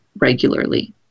regularly